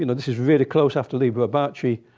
you know this is really close after liber abaci.